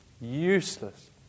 Useless